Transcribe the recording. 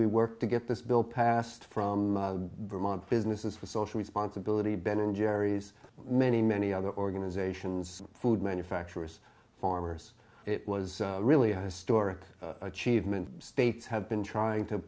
we worked to get this bill passed from vermont fitness is the social responsibility ben and jerrys many many other organizations food manufacturers farmers it was really a historic achievement states have been trying to